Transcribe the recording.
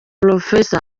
prof